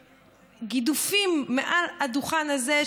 לגידופים מעל הדוכן הזה,